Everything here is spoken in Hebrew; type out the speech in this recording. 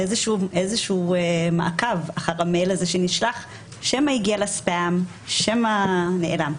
איזשהו מעקב אחר המייל הזה שנשלח שמא הגיע ל-ספאם ושמא נעלם.